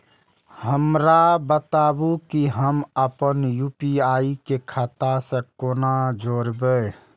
हमरा बताबु की हम आपन यू.पी.आई के खाता से कोना जोरबै?